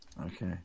Okay